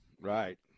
Right